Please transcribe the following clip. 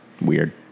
Weird